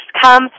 come